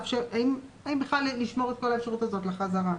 האםבכלל לשמור את האפשרות הזאת לחזרה?